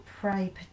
pray